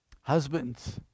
husbands